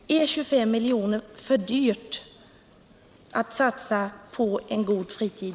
Är 25 milj.kr. för dyrt att satsa på en god fritid?